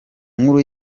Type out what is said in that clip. nkuru